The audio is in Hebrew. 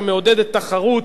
שמעודדת תחרות,